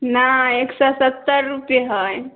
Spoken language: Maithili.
नहि एक सए सत्तर रुपैये हय